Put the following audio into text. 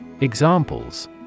Examples